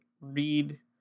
read